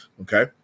okay